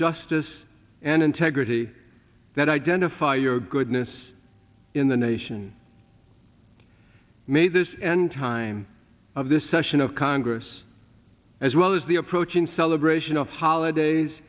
justice and integrity that identify your goodness in the nation made this and time of this session of congress as well as the approaching celebration of holidays